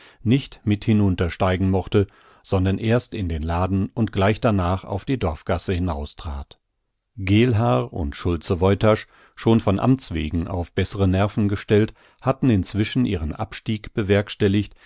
nicht mit hinuntersteigen mochte sondern erst in den laden und gleich darnach auf die dorfgasse hinaus trat geelhaar und schulze woytasch schon von amtswegen auf bessre nerven gestellt hatten inzwischen ihren abstieg bewerkstelligt